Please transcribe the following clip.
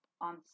on